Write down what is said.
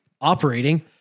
operating